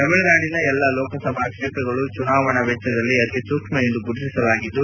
ತಮಿಳುನಾಡಿನ ಎಲ್ಲಾ ಲೋಕಸಭಾ ಕ್ಷೇತ್ರಗಳು ಚುನಾವಣಾ ವೆಚ್ಡದಲ್ಲಿ ಅತಿ ಸೂಕ್ಷ್ಮ ಎಂದು ಗುರುತಿಸಲಾಗಿದ್ದು